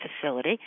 facility